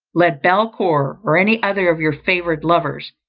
let belcour, or any other of your favoured lovers,